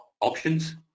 options